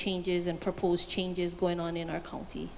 changes and proposed changes going on in our county